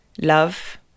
love